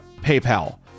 PayPal